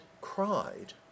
cried